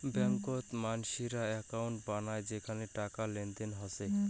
ব্যাংকত মানসিরা একউন্ট বানায় যেখানে টাকার লেনদেন হসে